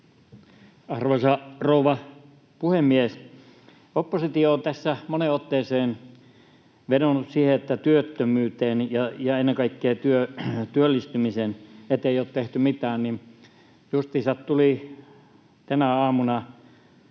Arvoisa rouva puhemies! Oppositio on tässä moneen otteeseen vedonnut siihen, että työttömyyden ja ennen kaikkea työllistymisen eteen ei ole tehty mitään, mutta justiinsa 22.6. tuli